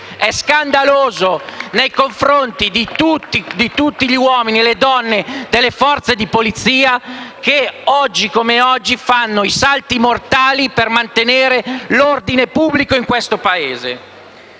è scandaloso nei confronti di tutti gli uomini e le donne delle forze di polizia che, oggi come oggi, fanno i salti mortali per mantenere l'ordine pubblico in questo Paese.